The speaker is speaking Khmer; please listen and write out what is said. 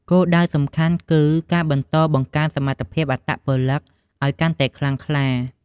គោលដៅសំខាន់គឺ ការបន្តបង្កើនសមត្ថភាពអត្តពលិក ឲ្យកាន់តែខ្លាំងក្លា។